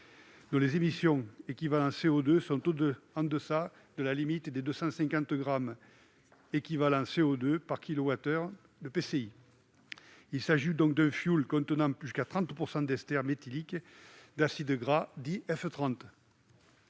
dont les émissions d'équivalent CO2 sont en deçà de la limite de 250 grammes d'équivalent CO2 par kilowattheure PCI. Il s'agit d'un biofioul contenant jusqu'à 30 % d'ester méthylique d'acide gras, dit « F30